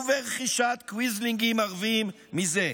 וברכישת קוויזלינגים ערבים מזה".